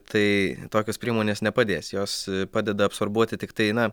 tai tokios priemonės nepadės jos padeda absorbuoti tiktai na